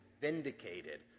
vindicated